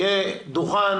יהיה דוכן